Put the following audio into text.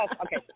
Okay